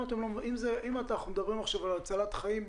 אם אנחנו מדברים עכשיו על הצלת חיים,